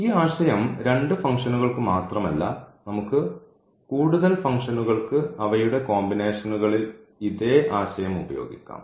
ഈ ആശയം രണ്ട് ഫംഗ്ഷനുകൾക്ക് മാത്രമല്ല നമുക്ക് കൂടുതൽ ഫംഗ്ഷനുകൾക്ക് അവയുടെ കോമ്പിനേഷനുകളിൽ ഇതേ ആശയം ഉപയോഗിക്കാം